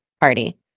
party